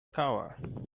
coward